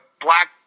black